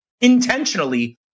intentionally